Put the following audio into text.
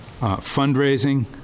fundraising